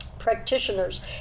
practitioners